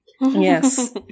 Yes